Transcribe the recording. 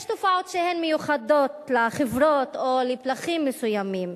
יש תופעות שהן מיוחדות לחברות או לפלחים מסוימים.